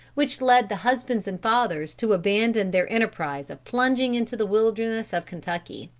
which led the husbands and fathers to abandon their enterprise of plunging into the wilderness of kentucky.